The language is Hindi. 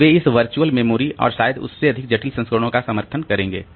तो वे इस वर्चुअल मेमोरी और शायद उसके अधिक जटिल संस्करणों का समर्थन करेंगे